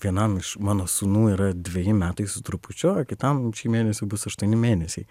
vienam iš mano sūnų yra dveji metai su trupučiu o kitam šį mėnesį bus aštuoni mėnesiai